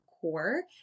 core